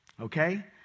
Okay